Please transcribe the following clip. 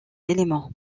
éléments